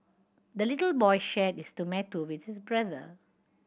the little boy shared this tomato with his brother